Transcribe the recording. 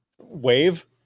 Wave